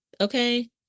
Okay